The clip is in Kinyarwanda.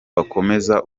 bakomeza